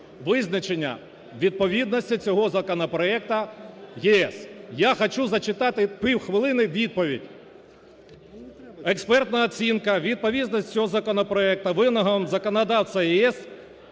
визначення відповідності цього законопроекту ЄС. Я хочу зачитати півхвилини відповідь. Експертна оцінка відповідності цього законопроекту вимогам законодавства